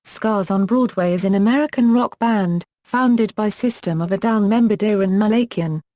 scars on broadway is an american rock band, founded by system of a down member daron malakian.